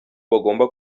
bagomba